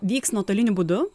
vyks nuotoliniu būdu